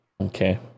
Okay